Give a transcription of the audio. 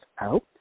out